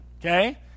okay